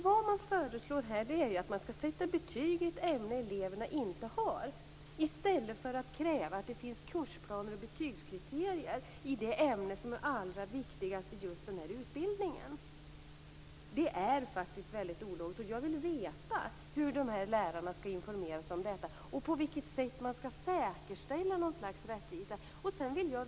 Vad som föreslås här är ju att man skall sätta betyg i ett ämne som eleverna inte har i stället för att kräva att det finns kursplaner och betygskriterier i det ämne som är allra viktigast i just denna utbildning. Det här är faktiskt ologiskt. Jag vill veta hur de här lärarna skall informeras om detta och på vilket sätt man skall säkerställa ett slags rättvisa.